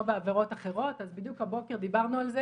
בעבירות אחרות אז בדיוק הבוקר דיברנו על זה